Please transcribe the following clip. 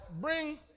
Bring